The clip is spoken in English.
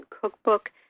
cookbook